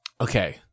Okay